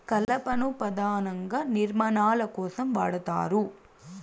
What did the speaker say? కలపను పధానంగా నిర్మాణాల కోసం వాడతారు